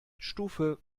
stufe